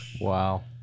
Wow